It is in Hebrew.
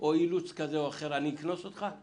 או אילוץ כזה או אחר אני אקנוס אתך?